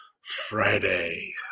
Friday